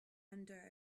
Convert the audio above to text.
under